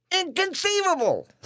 Inconceivable